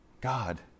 God